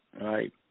right